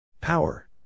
Power